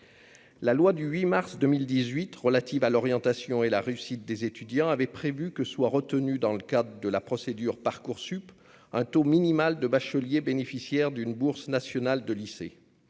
La loi du 8 mars 2018 relative à l'orientation et à la réussite des étudiants avait prévu que soit retenu, dans le cadre de la procédure Parcoursup, un taux minimal de bacheliers bénéficiaires d'une bourse nationale de lycée,